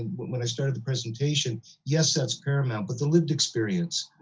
when when i started the presentation, yes, that's paramount, but the lived experience,